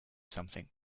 something